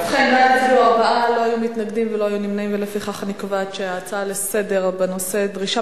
ההצעה להעביר את הנושא לוועדת